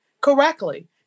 correctly